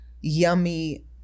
yummy